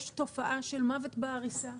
יש תופעה של מוות בעריסה,